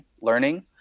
Learning